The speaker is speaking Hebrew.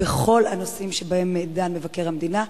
בכל הנושאים שבהם דן מבקר המדינה,